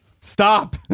Stop